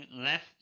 left